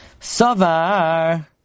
Savar